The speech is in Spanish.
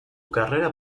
carrera